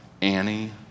Annie